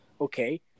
Okay